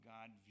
God